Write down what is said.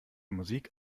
musik